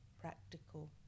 practical